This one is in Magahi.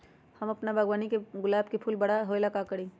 हम अपना बागवानी के गुलाब के फूल बारा होय ला का करी?